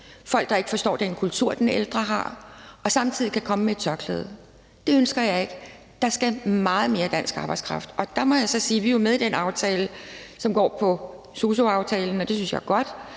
folk, der ikke forstår den kultur, den ældre har, og samtidig kan komme med et tørklæde på. Det ønsker jeg ikke. Der skal være meget mere dansk arbejdskraft. Der må jeg så sige, at vi jo er med i den aftale, som handler om sosu-aftalen, og det synes jeg er godt,